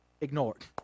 ignored